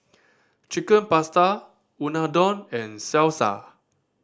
Chicken Pasta Unadon and Salsa